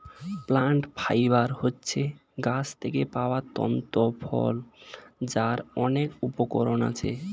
plant fibre হচ্ছে গাছ থেকে পাওয়া তন্তু ফল যার অনেক উপকরণ আছে